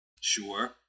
sure